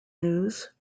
news